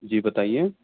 جی بتائیے